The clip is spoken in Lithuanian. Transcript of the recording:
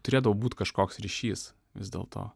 turėtdavo būt kažkoks ryšys vis dėlto